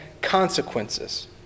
consequences